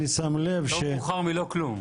מוטב מאוחר לא כלום.